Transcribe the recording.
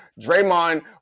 Draymond